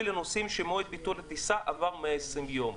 לנוסעים שמועד ביטול הטיסה עבר 120 יום.